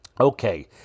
okay